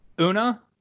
Una